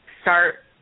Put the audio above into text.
start